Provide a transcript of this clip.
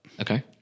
Okay